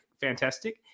Fantastic